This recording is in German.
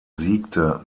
siegte